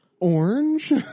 orange